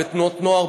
בתנועות נוער,